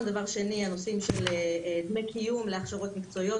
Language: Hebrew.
הנושאים של דמי קיום להכשרות מקצועיות,